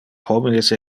homines